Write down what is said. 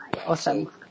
awesome